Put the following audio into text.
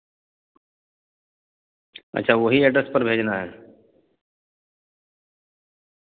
اچھا وہی ایڈریس پر بھیجنا ہے